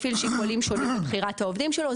מפעיל שיקולים שונים בבחירת העובדים שלו,